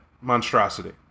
monstrosity